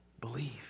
believe